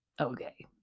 okay